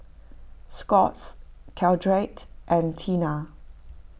Scott's Caltrate and Tena